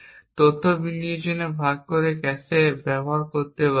এবং তথ্য বিনিময়ের জন্য ভাগ করা ক্যাশে ব্যবহার করতে পারি